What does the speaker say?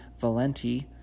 Valenti